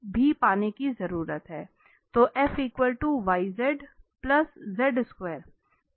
तो हम को भी पाने की जरूरत है